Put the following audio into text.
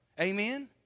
Amen